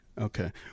Okay